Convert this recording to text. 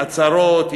עצרות,